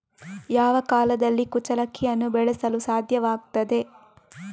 ಯಾವ ಕಾಲದಲ್ಲಿ ಕುಚ್ಚಲಕ್ಕಿಯನ್ನು ಬೆಳೆಸಲು ಸಾಧ್ಯವಾಗ್ತದೆ?